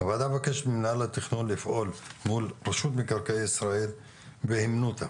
הוועדה מבקשת ממינהל התכנון לפעול מול רשות מקרקעי ישראל ועם הימנותא